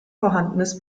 vorhandenes